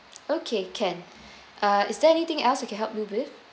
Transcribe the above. okay can uh is there anything else I can help you with